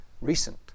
recent